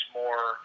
more